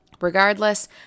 Regardless